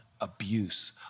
abuse